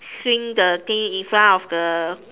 swing the thing in front of the